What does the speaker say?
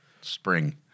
spring